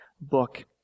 book